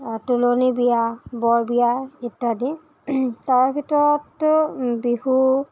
তুলনী বিয়া বৰ বিয়া ইত্যাদি তাৰ ভিতৰতো বিহু